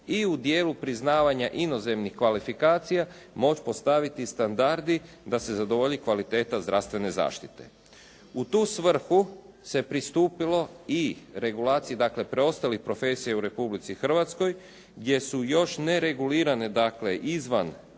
i u dijelu priznavanja inozemnih kvalifikacija moć postaviti standardi da se zadovolji kvaliteta zdravstvene zaštite. U tu svrhu se pristupilo i regulaciji, dakle preostalih profesija u Republici Hrvatskoj gdje su još neregulirane dakle